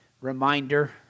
reminder